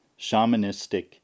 shamanistic